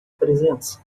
presença